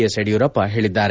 S Yediyurappa ಹೇಳಿದ್ದಾರೆ